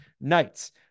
Knights